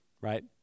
right